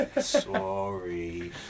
Sorry